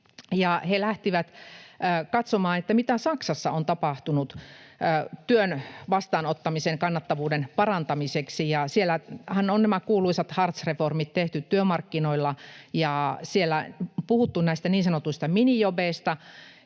he lähtivät katsomaan, mitä Saksassa on tapahtunut työn vastaanottamisen kannattavuuden parantamiseksi. Siellähän on tehty nämä kuuluisat Hartz-reformit työmarkkinoilla, ja siellä on puhuttu näistä niin sanotuista ”minijobeista”,